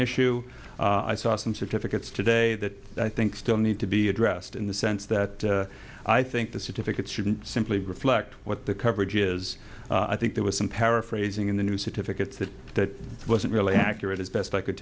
issue i saw some certificates today that i think still need to be addressed in the sense that i think the certificates shouldn't simply reflect what the coverage is i think there were some paraphrasing in the new certificates that that wasn't really accurate as best i could